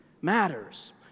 matters